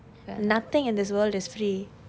nothing in this world is free